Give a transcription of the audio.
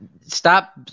stop